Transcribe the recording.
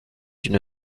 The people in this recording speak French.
une